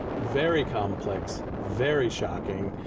very complex, very shocking.